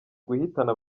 guhitana